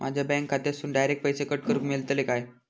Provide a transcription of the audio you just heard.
माझ्या बँक खात्यासून डायरेक्ट पैसे कट करूक मेलतले काय?